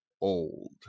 old